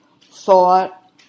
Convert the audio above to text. thought